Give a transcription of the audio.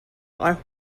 are